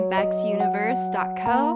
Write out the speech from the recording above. BexUniverse.co